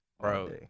Bro